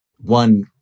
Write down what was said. one